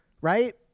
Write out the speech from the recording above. right